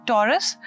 Taurus